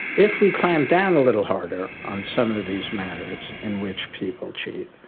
if we clamped down a little harder on some of these matters in which people cheat,